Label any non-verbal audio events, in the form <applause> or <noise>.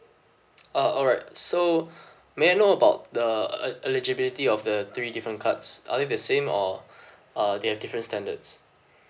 uh alright so <breath> may I know about the e~ e~ eligibility of the three different cards are they the same or <breath> uh they have different standards